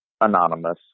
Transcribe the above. anonymous